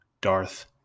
Darth